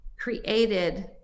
created